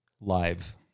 live